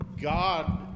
God